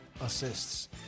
assists